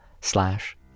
slash